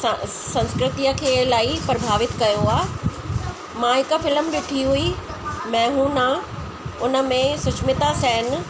असां संस्कृतिअ खे इलाही प्रभावित कयो आहे मां हिकु फिल्म ॾिठी हुई मै हू ना उनमें सुष्मिता सेन